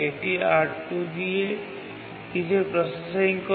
এটি R2 দিয়ে কিছু প্রসেসিং করে